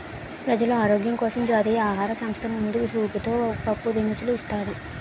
ప్రజలు ఆరోగ్యం కోసం జాతీయ ఆహార సంస్థ ముందు సూపుతో పప్పు దినుసులు ఇస్తాది